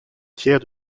thiers